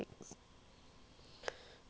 ya lor